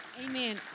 Amen